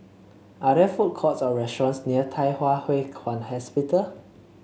are there food courts or restaurants near Thye Hua Kwan Hospital